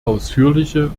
ausführliche